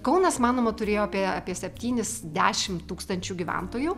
kaunas manoma turėjo apie apie septynis dešimt tūkstančių gyventojų